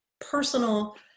personal